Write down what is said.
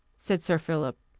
said sir philip.